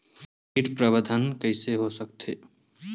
कीट प्रबंधन कइसे हो सकथे?